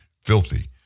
filthy